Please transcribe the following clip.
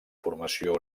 formació